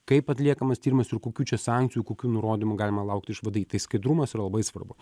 kaip atliekamas tyrimas ir kokių čia sankcijų kokių nurodymų galima laukt iš vdi tai skaidrumas yra labai svarbu